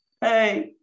hey